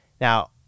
Now